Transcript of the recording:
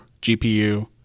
GPU